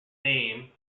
name